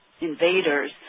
invaders